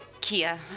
Kia